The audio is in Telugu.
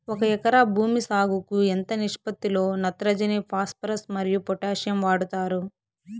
ఒక ఎకరా భూమి సాగుకు ఎంత నిష్పత్తి లో నత్రజని ఫాస్పరస్ మరియు పొటాషియం వాడుతారు